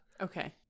okay